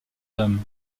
dame